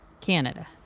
Canada